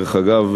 דרך אגב,